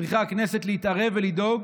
צריכה הכנסת להתערב ולדאוג